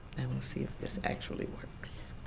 and will see if this actually works.